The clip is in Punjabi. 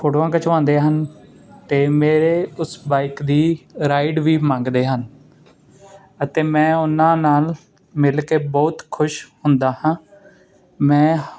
ਫੋਟੋਆਂ ਖਿਚਵਾਉਂਦੇ ਹਨ ਅਤੇ ਮੇਰੇ ਉਸ ਬਾਈਕ ਦੀ ਰਾਈਡ ਵੀ ਮੰਗਦੇ ਹਨ ਅਤੇ ਮੈਂ ਉਹਨਾਂ ਨਾਲ ਮਿਲ ਕੇ ਬਹੁਤ ਖੁਸ਼ ਹੁੰਦਾ ਹਾਂ ਮੈਂ